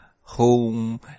home